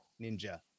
ninja